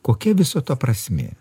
kokia viso to prasmė